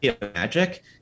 magic